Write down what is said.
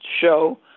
show